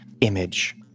image